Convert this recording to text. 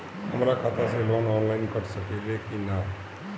हमरा खाता से लोन ऑनलाइन कट सकले कि न?